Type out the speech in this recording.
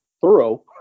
thorough